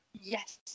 Yes